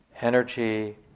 energy